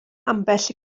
ambell